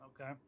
Okay